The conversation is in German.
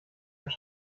habt